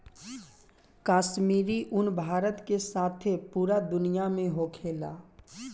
काश्मीरी उन भारत के साथे पूरा दुनिया में होखेला